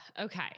Okay